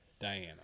diana